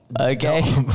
Okay